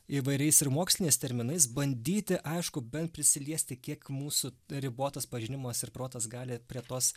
įvairiais ir moksliniais terminais bandyti aišku bent prisiliesti kiek mūsų ribotas pažinimas ir protas gali prie tos